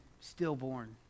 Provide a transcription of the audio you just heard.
stillborn